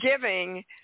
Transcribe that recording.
giving